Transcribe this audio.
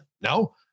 no